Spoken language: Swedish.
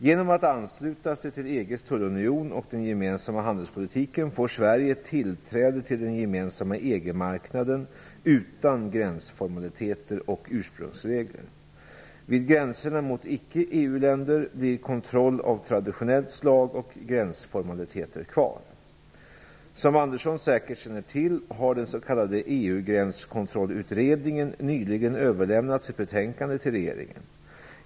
Genom att ansluta sig till EG:s tullunion och den gemensamma handelspolitiken får Sverige tillträde till den gemensamma EG-marknaden utan gränsformaliteter och ursprungsregler. Vid gränserna mot icke EU länder blir kontroll av traditionellt slag och gränsformaliteter kvar. Som Sten Andersson säkert känner till har den s.k. EU-gränskontrollutredningen nyligen överlämnat sitt betänkande till regeringen.